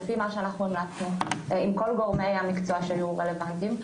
לפי מה שאנחנו המלצנו עם כל גורמי המקצוע שהיו רלוונטיים,